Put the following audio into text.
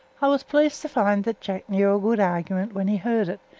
i was pleased to find that jack knew a good argument when he heard it,